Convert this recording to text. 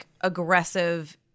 aggressive